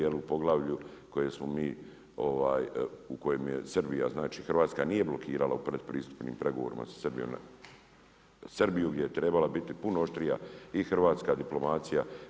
Jer u poglavlju koje smo mi, koje je Srbija znači Hrvatska nije blokirala u predpristupnim pregovorima sa Srbijom Srbiju gdje je trebala biti puno oštrija i hrvatska diplomacija.